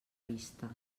vista